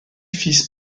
fils